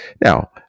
Now